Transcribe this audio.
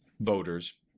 voters